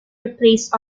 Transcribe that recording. replace